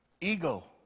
ego